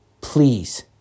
please